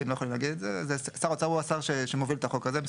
כי הם לא יכולים להגיד את זה: שר האוצר הוא השר שמוביל את החוק הזה.